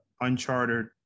unchartered